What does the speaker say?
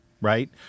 right